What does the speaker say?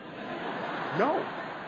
No